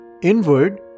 inward